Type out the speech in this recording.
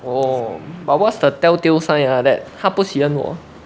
oh but is the telltale sign that 她不喜欢我